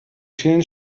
vielen